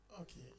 Okay